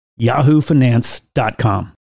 yahoofinance.com